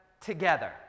together